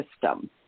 system